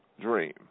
dream